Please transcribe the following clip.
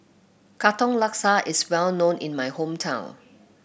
Katong Laksa is well known in my hometown